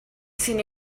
seen